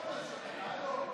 ברשות יושב-ראש